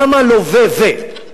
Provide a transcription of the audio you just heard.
למה לא ו- ו-?